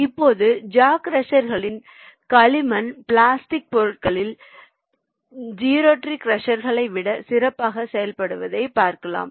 இப்போது ஜா க்ரஷர்கள் களிமண் பிளாஸ்டிக் பொருட்களில் ஜிரேட்டரி க்ரஷர்களை விட சிறப்பாகச் செயல்படுவதைப் பார்க்கலாம்